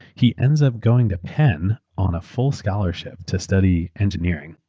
he ends up going to penn on a full scholarship to study engineering.